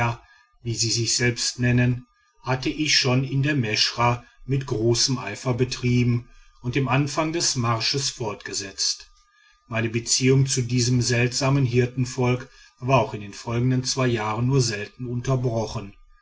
wie sie sich selbst nennen hatte ich schon in der meschra mit großem eifer betrieben und im anfang des marsches fortgesetzt meine beziehungen zu diesem seltsamen hirtenvolk waren auch in den folgenden zwei jahren nur selten unterbrochen